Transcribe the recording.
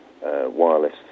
wireless